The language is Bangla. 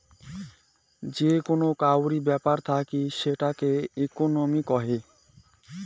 যে কোন কাউরি ব্যাপার থাকি সেটাকে ইকোনোমি কহে